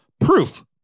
Proof